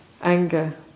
anger